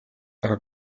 aga